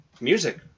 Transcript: music